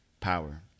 power